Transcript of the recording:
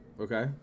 Okay